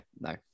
no